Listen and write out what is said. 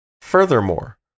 Furthermore